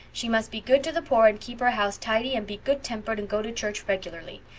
she must be good to the poor and keep her house tidy and be good tempered and go to church regularly.